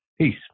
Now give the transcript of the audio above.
Peace